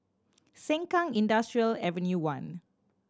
Sengkang Industrial Avenue One